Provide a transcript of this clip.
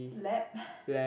lab